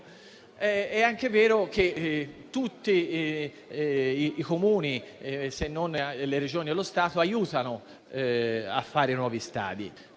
È anche vero che tutti i Comuni, se non le Regioni e lo Stato, aiutano a costruire i nuovi stadi: